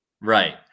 Right